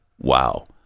wow